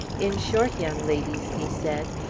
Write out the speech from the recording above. in short, young ladies, he said,